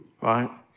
right